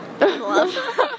love